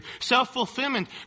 self-fulfillment